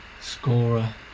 scorer